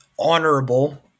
honorable